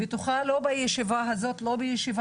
זה לא יקרה בישיבה אחת,